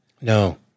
No